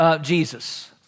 Jesus